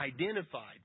identified